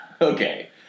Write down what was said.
Okay